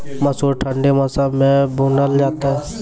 मसूर ठंडी मौसम मे बूनल जेतै?